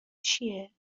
چیه